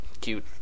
Cute